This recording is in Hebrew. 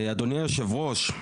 אדוני יושב הראש,